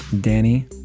Danny